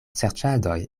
serĉadoj